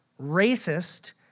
racist